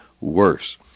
worse